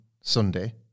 Sunday